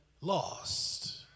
lost